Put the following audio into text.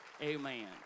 Amen